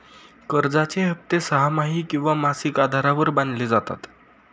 कर्जाचे हप्ते सहामाही किंवा मासिक आधारावर बांधले जातात